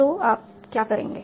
तो अब आप क्या करेंगे